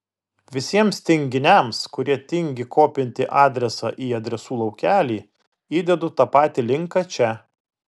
visiems tinginiams kurie tingi kopinti adresą į adresų laukelį įdedu tą patį linką čia